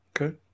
okay